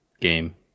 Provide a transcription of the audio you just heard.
game